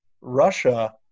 Russia